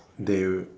they